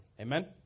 Amen